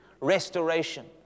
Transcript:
restoration